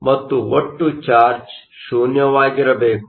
ಮತ್ತು ಒಟ್ಟು ಚಾರ್ಜ್ ಶೂನ್ಯವಾಗಿರಬೇಕು